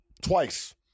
Twice